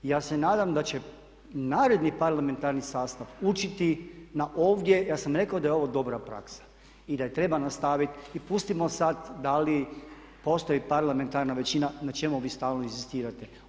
Ja se nadam da će naredni parlamentarni sastav učiti na ovdje, ja sam rekao da je ovo dobra praksa i da je treba nastaviti i pustimo sad da li postoji parlamentarna načina na čemu vi stalno inzistirate.